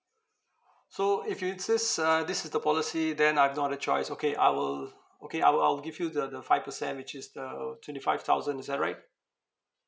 so if you insist uh this is the policy then I've no other choice okay I will okay I will I will give you the the five percent which is the twenty five thousand is that right